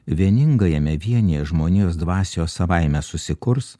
vieninga jame vienyje žmonijos dvasios savaime susikurs